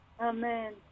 Amen